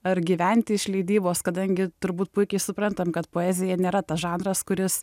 ar gyventi iš leidybos kadangi turbūt puikiai suprantam kad poezija nėra tas žanras kuris